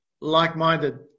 like-minded